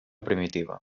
primitiva